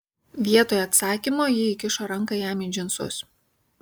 vietoj atsakymo ji įkišo ranką jam į džinsus